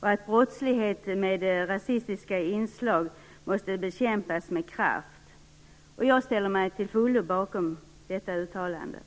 och att brottslighet med rasistiska inslag måste bekämpas med kraft. Jag ställer mig till fullo bakom detta uttalande.